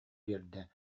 биэрдэ